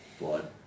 Blood